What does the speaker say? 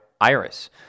iris